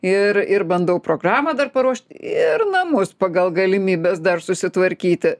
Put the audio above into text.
ir ir bandau programą dar paruošt ir namus pagal galimybes dar susitvarkyti